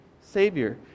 Savior